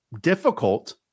difficult